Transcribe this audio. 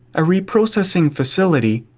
a reprocessing facility,